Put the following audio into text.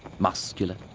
muscular,